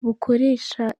bukoresha